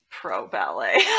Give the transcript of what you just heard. pro-ballet